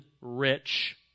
rich